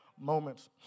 moments